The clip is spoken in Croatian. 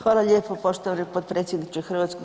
Hvala lijepo poštovani potpredsjedniče HS.